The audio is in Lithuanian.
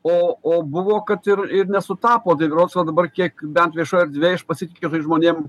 o o buvo kad ir ir nesutapo tai berods va dabar kiek bent viešoj erdvėj aš pasitikiu tais žmonėm